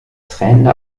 tränende